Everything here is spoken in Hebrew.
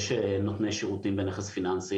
יש נותני שירותים בנכס פיננסי,